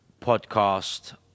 Podcast